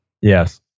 Yes